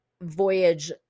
voyage